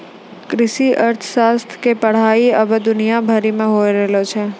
कृषि अर्थशास्त्र के पढ़ाई अबै दुनिया भरि मे होय रहलो छै